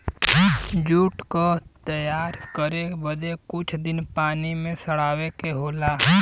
jute क तैयार करे बदे कुछ दिन पानी में सड़ावे के होला